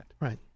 Right